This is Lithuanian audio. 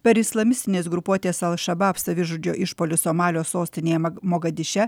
per islamistinės grupuotės al šabab savižudžio išpuolį somalio sostinėje mogadiše